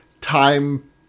Time